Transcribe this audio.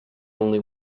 only